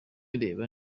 areba